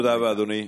תודה רבה, אדוני.